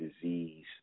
disease